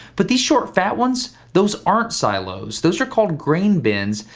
but these short, fat ones, those aren't silos. those are called grain bins,